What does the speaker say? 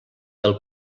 del